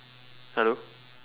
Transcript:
hello